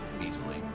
easily